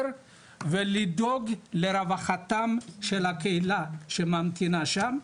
ולדאוג לרווחתם של הקהילה שממתינה שם,